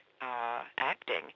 acting